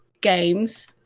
games